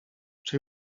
czy